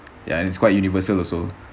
ya and it's quite universal also